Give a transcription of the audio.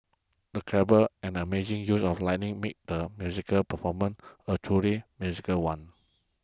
the clever and amazing use of lighting made the musical performance a truly magical one